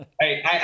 Hey